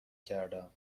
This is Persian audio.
کردم